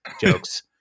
jokes